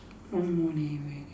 one more leh where